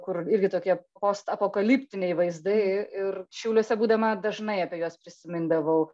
kur irgi tokie postapokaliptiniai vaizdai i ir šiauliuose būdama dažnai apie juos prisimindavau